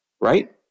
right